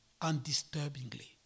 undisturbingly